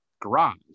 garage